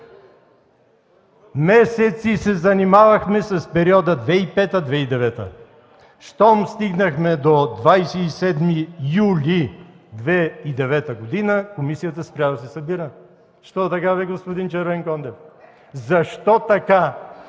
Месеци се занимавахме с периода 2005-2009 г. Щом стигнахме до 27 юли 2009 г., комисията спря да се събира. Защо така, господин Червенкондев? Защо така?